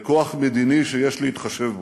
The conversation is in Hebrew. לכוח מדיני שיש להתחשב בו.